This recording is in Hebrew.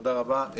תודה רבה.